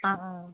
অঁ